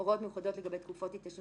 הוראות מיוחדות לגבי תקופות התיישנות